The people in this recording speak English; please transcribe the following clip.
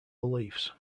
beliefs